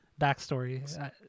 backstory